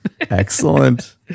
Excellent